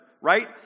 right